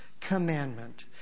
commandment